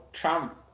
Trump